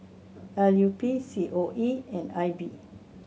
L U P C O E and I B